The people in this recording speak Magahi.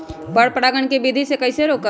पर परागण केबिधी कईसे रोकब?